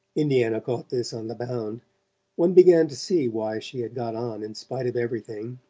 indiana caught this on the bound one began to see why she had got on in spite of everything.